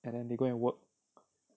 and then they go and work